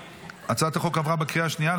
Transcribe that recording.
הצעת החוק עברה בקריאה השנייה,